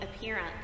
appearance